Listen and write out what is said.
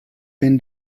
been